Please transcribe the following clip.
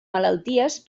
malalties